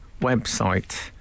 website